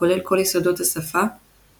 כולל כל יסודות השפות,